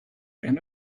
and